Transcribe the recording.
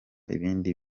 ibindi